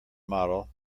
model